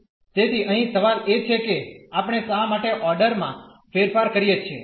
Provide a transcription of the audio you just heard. તેથી અહીં સવાલ એ છે કે આપણે શા માટે ઓર્ડર માં ફેરફાર કરીએ છીએ